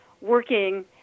working